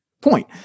point